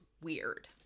weird